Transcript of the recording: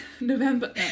November